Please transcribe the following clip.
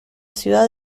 ciudad